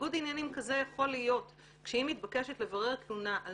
וניגוד עניינים כזה יכול להיות כשהיא מתבקשת לברר תלונה על